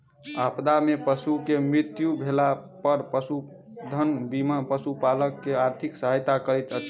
आपदा में पशु के मृत्यु भेला पर पशुधन बीमा पशुपालक के आर्थिक सहायता करैत अछि